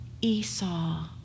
Esau